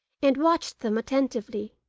and watched them attentively.